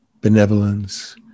benevolence